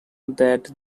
that